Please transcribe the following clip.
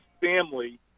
family